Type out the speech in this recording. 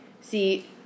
see